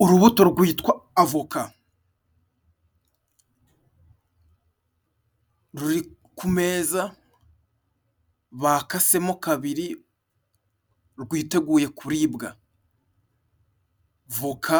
Urubuto rwitwa avoka ruri ku meza, bakasemo kabiri. Rwiteguye kuribwa. Avoka